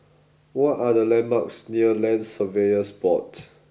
what are the landmarks near Land Surveyors Board